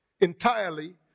entirely